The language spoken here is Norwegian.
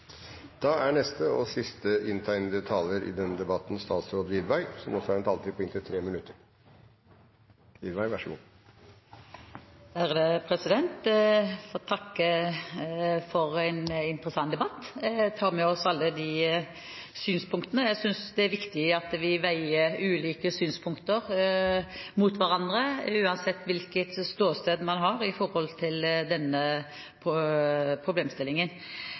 takke for en interessant debatt. Jeg tar med meg alle synspunktene. Jeg synes det er viktig at man veier ulike synspunkter mot hverandre uansett hvilket ståsted man har i forhold til denne problemstillingen.